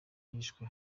yishwe